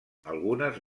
algunes